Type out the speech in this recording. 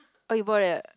oh you bought it